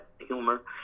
humor